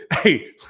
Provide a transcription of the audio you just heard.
Hey